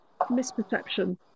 misperception